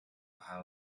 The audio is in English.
how